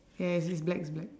ya it's it's black it's black